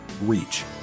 reach